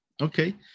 Okay